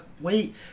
wait